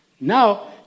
Now